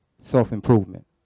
self-improvement